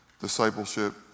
discipleship